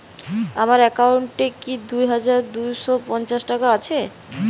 আমার অ্যাকাউন্ট এ কি দুই হাজার দুই শ পঞ্চাশ টাকা আছে?